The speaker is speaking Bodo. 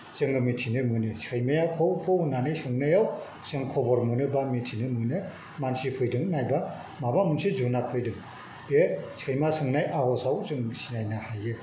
जोङो मिथिनो मोनो सैमाया भौ भौ होननानै सोंनायाव जों खबर मोनो बा मिथिनो मोनो मानसि फैदों नायबा माबा मोनसे जुनार फैदों बे सैमा सोंनाय आवासाव जों सिनायनो हायो